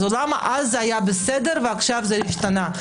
למה אז היה בסדר וכעת השתנה?